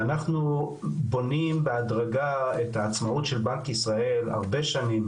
ואנחנו בונים בהדרגה את העצמאות של בנק ישראל הרבה שנים,